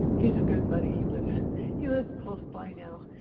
he's a good buddy, he lives he lives close by now,